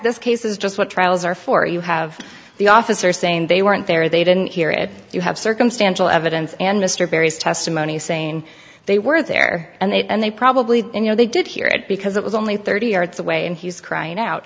this case is just what trials are for you have the officer saying they weren't there they didn't hear it you have circumstantial evidence and mr berry's testimony saying they were there and they probably you know they did hear it because it was only thirty yards away and he's crying out